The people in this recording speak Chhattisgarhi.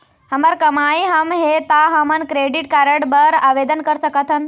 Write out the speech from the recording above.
हमर कमाई कम हे ता हमन क्रेडिट कारड बर आवेदन कर सकथन?